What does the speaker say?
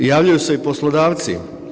Javljaju se i poslodavci.